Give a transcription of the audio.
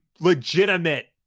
legitimate